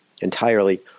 entirely